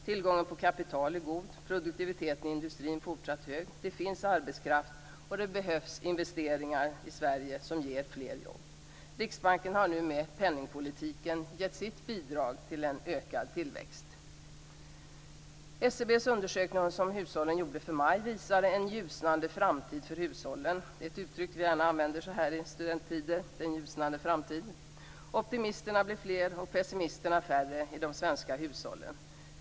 Tillgången på kapital är god. Produktiviteten i industrin är fortsatt hög. Det finns arbetskraft, och det behövs investeringar i Sverige som ger fler jobb. Riksbanken har nu med penningpolitiken gett sitt bidrag till en ökad tillväxt. SCB:s undersökning om hushållen gjordes i maj och den visar en ljusnande framtid - ett uttryck vi gärna använder så här i studenttider - för hushållen. Optimisterna blir fler och pessimisterna färre i de svenska hushållen.